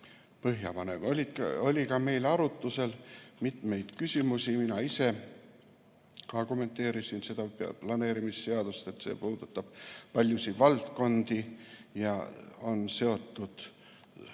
põhjapanev. Oli ka meil arutusel mitmeid küsimusi. Mina ise ka kommenteerisin seda planeerimisseadust, et see puudutab paljusid valdkondi ja on seotud